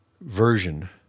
version